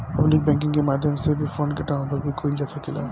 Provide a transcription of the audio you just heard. public banking के माध्यम से भी फंड के ट्रांसफर भी कईल जा सकेला